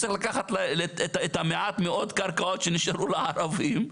צריך לקחת את מעט מאוד קרקעות שנשארו לערבים.